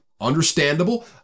understandable